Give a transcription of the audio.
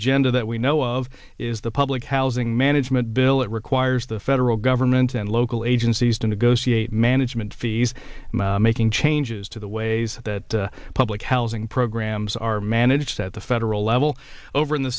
agenda that we know of is the public housing management bill it requires the federal government and local agencies to negotiate management fees making changes to the ways that public housing programs are managed at the federal level over in the